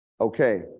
Okay